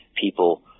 people